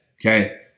Okay